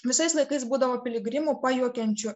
visais laikais būdavo piligrimų pajuokiančių